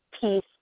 peace